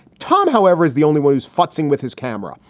tom, however, is the only one who's fussing with his camera.